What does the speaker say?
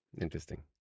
Interesting